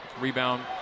rebound